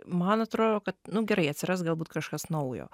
nu man atrodo kad nu gerai atsiras galbūt kažkas naujo